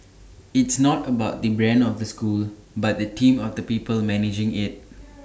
it's not about the brand of the school but the team of the people managing IT